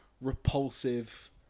repulsive